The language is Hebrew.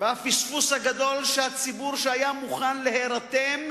הפספוס הגדול הוא שהציבור, שהיה מוכן להירתם,